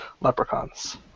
leprechauns